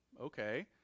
okay